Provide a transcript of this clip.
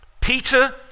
Peter